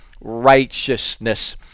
righteousness